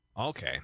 Okay